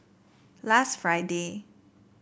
last Friday